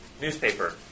newspaper